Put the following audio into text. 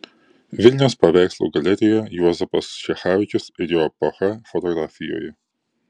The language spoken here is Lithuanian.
vilniaus paveikslų galerijoje juozapas čechavičius ir jo epocha fotografijoje